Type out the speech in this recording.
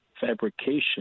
fabrication